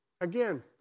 Again